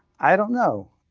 i don't know.